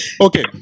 Okay